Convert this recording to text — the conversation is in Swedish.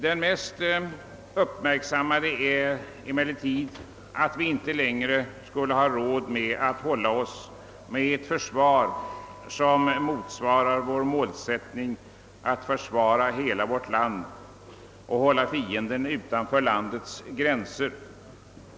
Det mest uppmärksammade är emellertid att vi inte längre skulle ha råd att ha ett försvar som motsvarar målsättningen att försvara hela vårt land och hålla fienden utanför landets gränser.